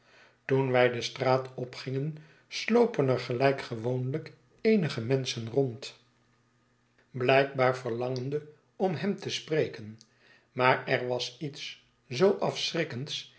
toen wij de straat opgingen slopen er gelijk gewoonlijk eenige menschenrond blijkbaar verlangende om hem te spreken maar er was iets zoo